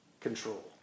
control